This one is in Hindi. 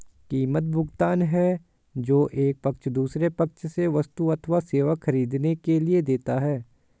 कीमत, भुगतान है जो एक पक्ष दूसरे पक्ष से वस्तु अथवा सेवा ख़रीदने के लिए देता है